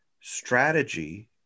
strategy